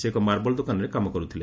ସେ ଏକ ମାର୍ବଲ ଦୋକାନରେ କାମ କର୍ତଥିଲେ